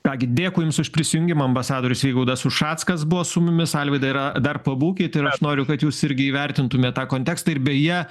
ką gi dėkui jums už prisijungimą ambasadorius vygaudas ušackas buvo su mumis alvydai yra dar pabūkit ir aš noriu kad jūs irgi įvertintumėt tą kontekstą ir beje